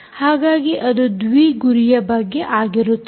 ಹಾಗಾಗಿ ಅದು ದ್ವಿ ಗುರಿಯ ಬಗ್ಗೆ ಆಗಿರುತ್ತದೆ